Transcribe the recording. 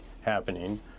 happening